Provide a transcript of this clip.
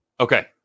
Okay